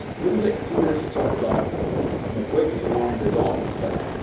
let me take a few minutes to talk about mcwages along the development path.